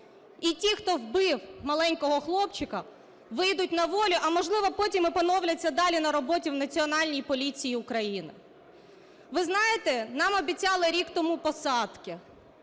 І ті, хто вбив маленького хлопчика, вийдуть на волю, а, можливо, потім і поновляться далі на роботі в Національній поліції України. Ви знаєте, нам обіцяли рік тому посадки.